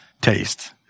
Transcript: taste